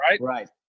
Right